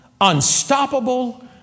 unstoppable